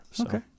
Okay